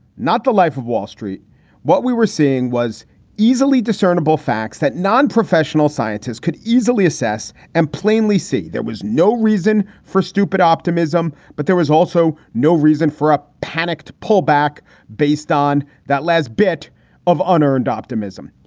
not the life of wall street what we were seeing was easily discernible facts that non-professional scientists could easily assess and plainly see. there was no reason for stupid optimism, but there was also no reason for a panicked pullback based on that last bit of unearned optimism.